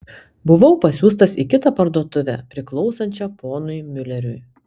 buvau pasiųstas į kitą parduotuvę priklausančią ponui miuleriui